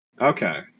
Okay